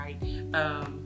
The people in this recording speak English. right